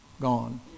gone